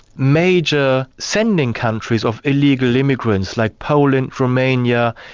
major sending countries of illegal immigrants, like poland, romania,